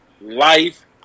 life